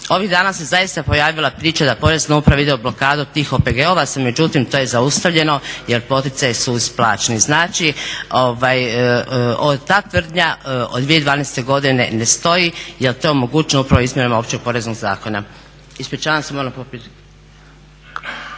Ovih dana se zaista pojavila priča da Porezna uprava ide u blokadu tih OPG-ova, međutim to je zaustavljeno jer poticaji su isplaćeni. Znači, ta tvrdnja od 2012. godine ne stoji, jer to je omogućeno upravo izmjenama Općeg poreznog zakona.